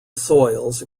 soils